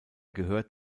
gehört